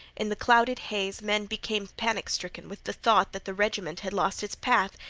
in the clouded haze men became panic-stricken with the thought that the regiment had lost its path,